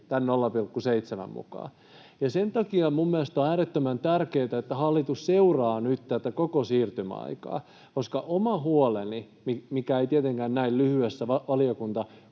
tämän 0,7:n mukaan. Sen takia minun mielestäni on äärettömän tärkeätä, että hallitus seuraa nyt tätä koko siirtymäaikaa, koska oma huoleni on — mikä ei tietenkään näin lyhyessä valiokuntakuulemisessa